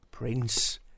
Prince